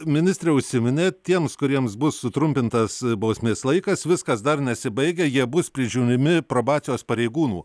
ministre užsiminėt tiems kuriems bus sutrumpintas bausmės laikas viskas dar nesibaigia jie bus prižiūrimi probacijos pareigūnų